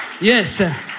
Yes